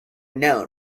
known